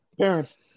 parents